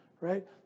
right